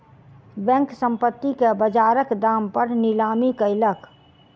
bank, संपत्ति के बजारक दाम पर नीलामी कयलक